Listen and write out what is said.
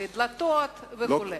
לדלתות וכו'.